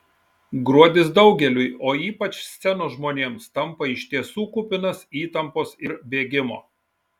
gruodis daugeliui o ypač scenos žmonėms tampa iš tiesų kupinas įtampos ir bėgimo